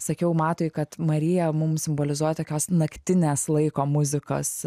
sakiau matui kad marija mums simbolizuoja tokios naktinės laiko muzikos